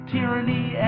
Tyranny